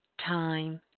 time